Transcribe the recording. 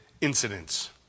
incidents